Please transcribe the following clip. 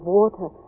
water